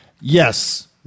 Yes